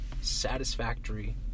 satisfactory